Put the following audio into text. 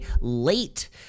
late